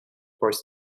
forced